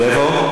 לאיפה?